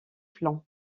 flanc